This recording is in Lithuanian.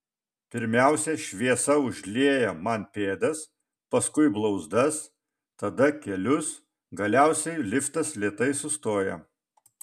pirmiausia šviesa užlieja man pėdas paskui blauzdas tada kelius galiausiai liftas lėtai sustoja